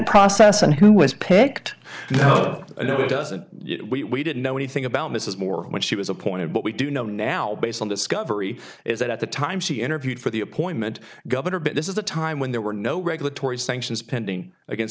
process and who was picked so it doesn't we didn't know anything about mrs moore when she was appointed but we do know now based on discovery is that at the time she interviewed for the appointment governor but this is a time when there were no regulatory sanctions pending against